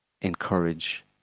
encourage